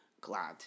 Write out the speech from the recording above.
glad